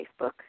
Facebook